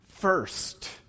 first